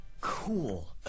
Cool